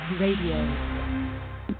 radio